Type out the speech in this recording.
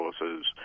resources